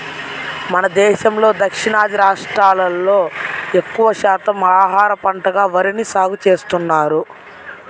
మన దేశంలో దక్షిణాది రాష్ట్రాల్లో ఎక్కువ శాతం ఆహార పంటగా వరిని సాగుచేస్తున్నారు